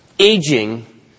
Aging